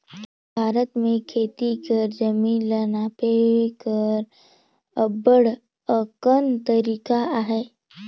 भारत में खेती कर जमीन ल नापे कर अब्बड़ अकन तरीका अहे